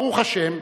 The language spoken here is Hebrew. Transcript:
ברוך השם,